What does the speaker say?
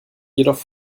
jedoch